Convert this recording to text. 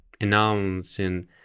announcing